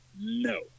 No